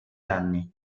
anni